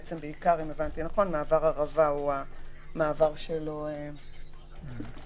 בעיקר מעבר ערבה הוא המעבר שלא פתוח,